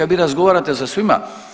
Vi razgovarate sa svima.